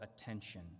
attention